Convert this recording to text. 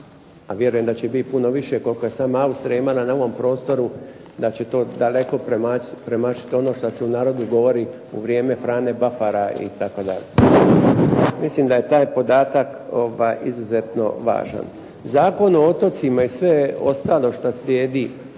a vjerujem da će biti puno više koliko je sama Austrija imala na ovom prostoru, da će to daleko premašiti ono što se u narodu govori u vrijeme Frane Bafara itd. Mislim da je taj podatak izuzetno važan. Zakon o otocima i sve ostalo što slijedi